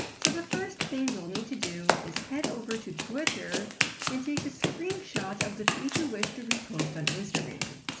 so the first thing you'll need to do is head over to twitter and take a screenshot of the tweet you wish to repost on instagram.